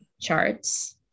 charts